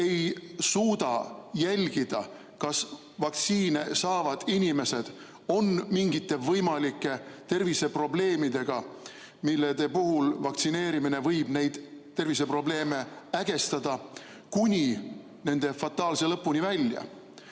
ei suuda jälgida, kas vaktsiine saavad inimesed on mingite võimalike terviseprobleemidega, mille puhul vaktsineerimine võib neid terviseprobleeme ägestada kuni nende fataalse lõpuni välja?